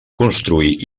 construir